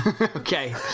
Okay